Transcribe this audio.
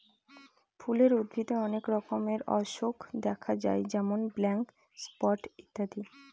ফুলের উদ্ভিদে অনেক রকমের অসুখ দেখা যায় যেমন ব্ল্যাক স্পট ইত্যাদি